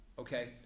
Okay